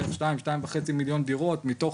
בערך 2 מיליון או 2.5 מיליון דירות,